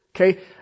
Okay